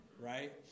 Right